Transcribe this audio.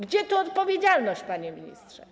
Gdzie tu odpowiedzialność, panie ministrze?